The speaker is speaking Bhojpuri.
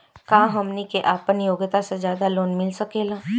का हमनी के आपन योग्यता से ज्यादा लोन मिल सकेला?